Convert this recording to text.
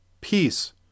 peace